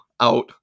out